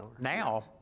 Now